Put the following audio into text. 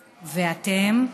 ואתם?